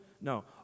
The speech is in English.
No